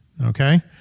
okay